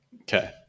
Okay